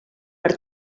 per